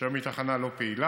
שהיום היא תחנה לא פעילה,